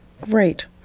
Great